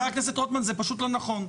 חבר הכנסת רוטמן, זה פשוט לא נכון.